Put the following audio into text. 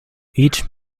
each